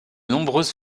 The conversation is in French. nombreuses